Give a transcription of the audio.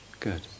Good